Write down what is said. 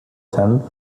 tenth